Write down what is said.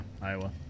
Iowa